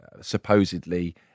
supposedly